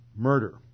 murder